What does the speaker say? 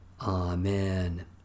Amen